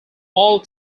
all